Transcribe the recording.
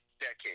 decade